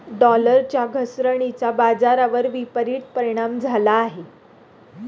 डॉलरच्या घसरणीचा बाजारावर विपरीत परिणाम झाला आहे